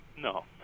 No